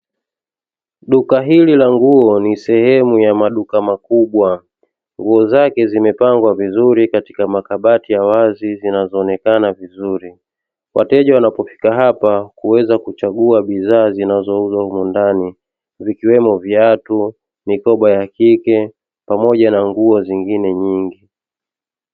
Duka hili la nguo ni sehemu ya maduka makubwa. Nguo zake zimepangwa vizuri katika makabati ya wazi zinazoonekena vizuri. Wateja wanapofika hapa kuweza kuchagua bidhaa zinazouzwa humo ndani vikiwemo viatu, mikoba ya kike pamoja na nguo zingine nyingi.